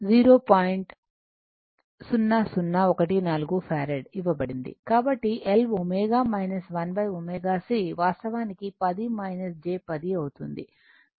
కాబట్టి L ω 1 ω C ఇది వాస్తవానికి 10 j 10 అవుతుంది